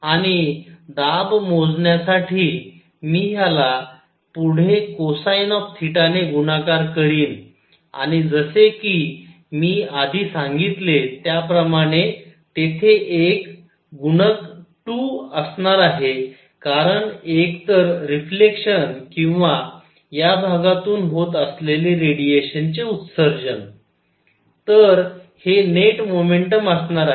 आणि दाब मोजण्यासाठी मी ह्याला पुढे कोसाइन ऑफ थिटा ने गुणाकार करीन आणि जसे कि मी आधी सांगितले त्या प्रमाणे तेथे एक 2 गुणक असणार आहे कारण एकतर रिफ्लेक्शन किंवा या भागातून होत असलेले रेडिएशनचे उत्सर्जन तर हे नेट मोमेंटम असणार आहे